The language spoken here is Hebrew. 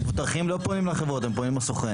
המבוטחים לא פונים לחברות, הם פונים לסוכן.